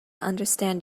understand